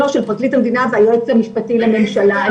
של פרקליט המדינה והיועץ המשפטי לממשלה.